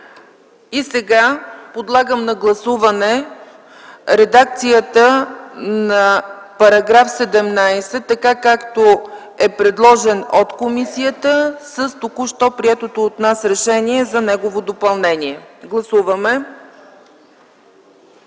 точка. Подлагам на гласуване редакцията на § 17, така както е предложена от комисията, с току-що приетото от нас решение за неговото допълнение. Гласували